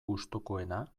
gustukoena